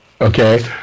okay